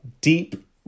deep